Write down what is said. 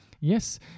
Yes